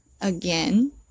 again